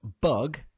bug